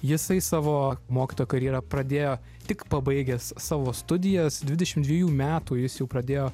jisai savo mokytojo karjerą pradėjo tik pabaigęs savo studijas dvidešim dviejų metų jis jau pradėjo